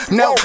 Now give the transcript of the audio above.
no